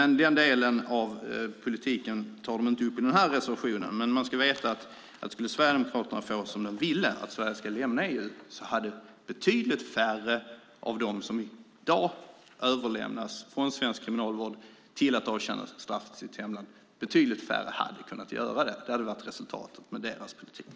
Nu tar de inte upp EU i den här reservationen, men man ska veta att om Sverigedemokraterna skulle få som de ville, alltså att Sverige ska lämna EU, hade betydligt färre av dem som i dag överlämnas från svensk kriminalvård och ska avtjäna sitt straff i sitt hemland kunnat överlämnas. Det hade blivit resultatet av deras politik.